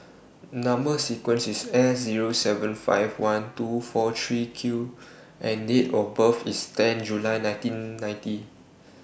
Number sequence IS S Zero seven five one two four three Q and Date of birth IS ten July nineteen ninety